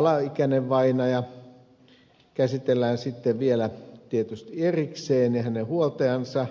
alaikäinen vainaja käsitellään sitten vielä tietysti erikseen ja hänen huoltajansa